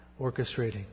orchestrating